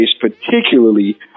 particularly